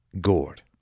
gourd